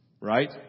right